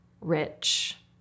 rich